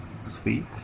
Sweet